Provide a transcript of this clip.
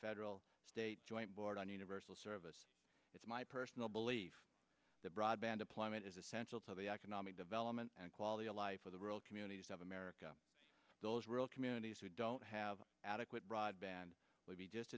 federal state joint board on universal service it's my personal belief that broadband deployment is essential to the economic development and quality of life for the rural communities of america those real communities who don't have adequate broadband will be just